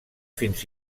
fins